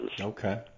Okay